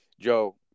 Joe